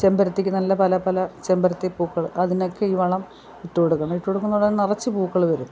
ചെമ്പരത്തിക്ക് നല്ല പല പല ചെമ്പരത്തി പൂക്കൾ അതിനൊക്കെയീ വളം ഇട്ടുകൊടുക്കണം ഇട്ടുകൊടുക്കുമ്പം അതേ നിറച്ച് പൂക്കൾ വരും